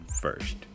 first